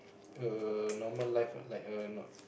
a normal life lah like a not